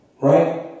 right